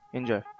Enjoy